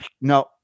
no